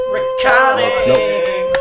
Recording